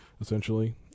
essentially